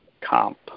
comp